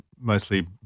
mostly